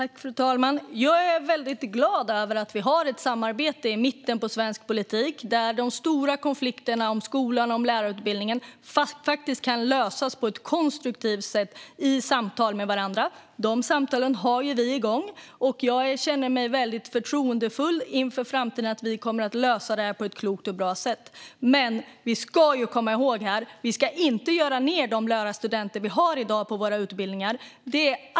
Fru talman! Jag är väldigt glad över att vi har ett samarbete i mitten i svensk politik där de stora konflikterna om skolan och lärarutbildningen kan lösas på ett konstruktivt sätt i samtal med varandra. De samtalen har vi igång. Jag känner mig väldigt förtroendefull inför framtiden att vi kommer att lösa det på ett klokt och bra sätt. Men vi ska komma ihåg att vi inte ska göra ned de lärarstudenter vi har i dag på våra utbildningar.